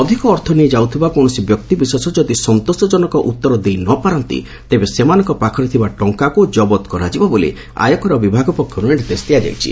ଅଧିକ ଅର୍ଥ ନେଇ ଯାଉଥିବା କୌଣସି ବ୍ୟକ୍ତିବିଶେଷ ଯଦି ସନ୍ତୋଷଜନକ ଉତ୍ତର ଦେଇ ନ ପାରନ୍ତି ତେବେ ସେମାନଙ୍କ ପାଖରେ ଥିବା ଟଙ୍କାକୁ ଜବତ କରାଯିବ ବୋଲି ଆୟକର ବିଭାଗ ପକ୍ଷର୍ତ୍ ନିର୍ଦ୍ଦେଶ ଦିଆଯାଇଛି